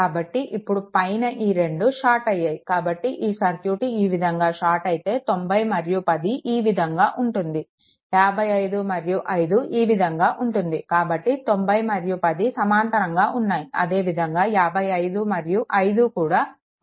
కాబట్టి ఇప్పుడు పైన ఈ రెండు షార్ట్ అయ్యాయి కాబట్టి ఈ సర్క్యూట్ ఈ విధంగా షార్ట్ అయితే 90 మరియు 10 ఈ విధంగా ఉంటుంది 55 మరియు 5 ఈ విధంగా ఉంటుంది కాబట్టి 90 మరియు 10 సమాంతరంగా ఉన్నాయి అదే విధంగా 55 మరియు 5 కూడా సమాంతరంగా ఉంటాయి